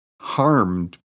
harmed